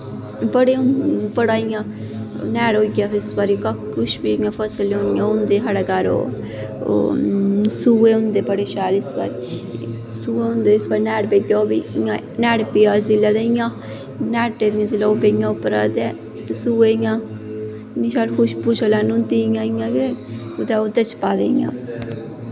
बड़ा इ'यां रनैल होई गेआ तां इस बारी कुछ बी निं फसल इ'यां होंदी साढ़ै घर होर सोहै बड़े बड़े शैल सोहै होंदे त्रनैड़ ओह् बी इ'यां त्रनैड़ पेई ते इ'यां पेआ उप्परा दा इ'यां ते सोहै इ'यां बड़ी शैल खुशबू चला दी होंदी इ'यां ते ओह्दे च पादे होंदे